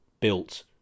built